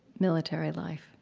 military life.